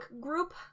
group